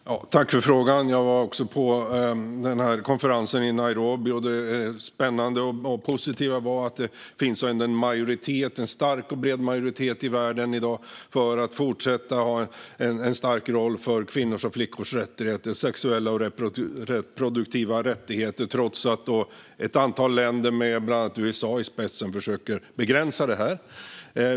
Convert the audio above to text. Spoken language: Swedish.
Fru talman! Jag tackar för frågan. Jag var också på konferensen i Nairobi. Det spännande och positiva var att det finns en stark och bred majoritet i världen i dag för att kvinnors och flickors sexuella och reproduktiva rättigheter ska fortsätta att ha en stark roll, trots att ett antal länder med bland annat USA i spetsen försöker begränsa detta.